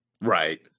right